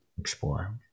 explore